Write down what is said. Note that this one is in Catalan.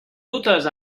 dutes